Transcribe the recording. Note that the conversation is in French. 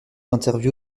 interview